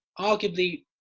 arguably